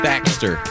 Baxter